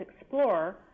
Explorer